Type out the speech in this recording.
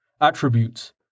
Attributes